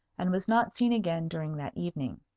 and was not seen again during that evening.